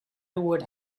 would